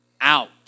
out